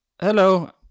Hello